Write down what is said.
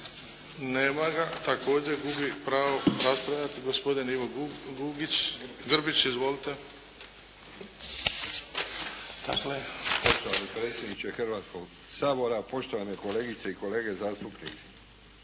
Nema ga. Također gubi pravo raspravljati. Gospodin Ivo Grbić. Izvolite! **Grbić, Ivo (HDZ)** Poštovani predsjedniče Hrvatskog sabora, poštovane kolegice i kolege zastupnici!